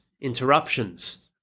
interruptions